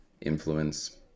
influence